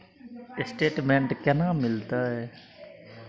Statement केना मिलते?